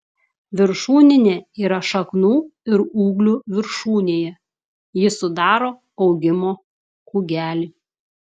viršūninė yra šaknų ir ūglių viršūnėje ji sudaro augimo kūgelį